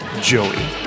joey